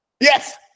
Yes